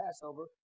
Passover